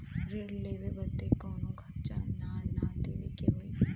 ऋण लेवे बदे कउनो खर्चा ना न देवे के होई?